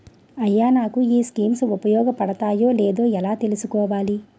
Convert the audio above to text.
అయ్యా నాకు ఈ స్కీమ్స్ ఉపయోగ పడతయో లేదో ఎలా తులుసుకోవాలి?